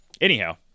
Anyhow